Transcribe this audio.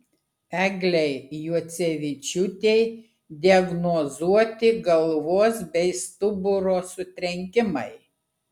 eglei juocevičiūtei diagnozuoti galvos bei stuburo sutrenkimai